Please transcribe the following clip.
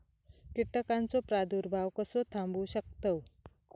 कीटकांचो प्रादुर्भाव कसो थांबवू शकतव?